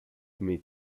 meet